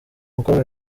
mukobwa